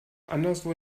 anderswo